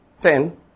ten